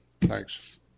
Thanks